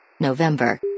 november